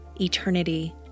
eternity